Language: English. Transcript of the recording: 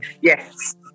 Yes